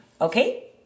Okay